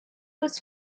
was